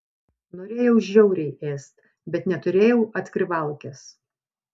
norėjau žiauriai ėst bet neturėjau atkrivalkės